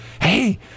Hey